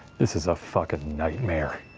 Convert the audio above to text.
this is a fuckin' nightmare.